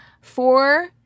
four